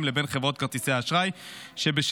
לבין חברות כרטיסי האשראי שבשליטתם.